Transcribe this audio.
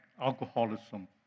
alcoholism